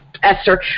Esther